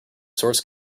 source